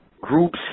groups